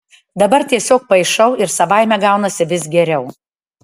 dabar tiesiog paišau ir savaime gaunasi vis geriau